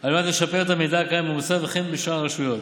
על מנת לשפר את המידע הקיים במוסד וכן בשאר הרשויות,